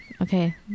Okay